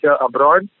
abroad